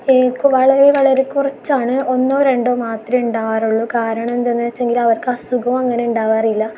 വളരെ വളരെ കുറച്ചാണ് ഒന്നോ രണ്ടോ മാത്രമേ ഉണ്ടാവാറുള്ളൂ കാരണം എന്താണെന്ന് വച്ചെങ്കിൽ അവർക്ക് അസുഖം അങ്ങനെ ഉണ്ടാവാറില്ല